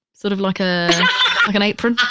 sort of like a, like an apron.